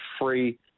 free